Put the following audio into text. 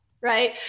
Right